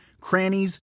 crannies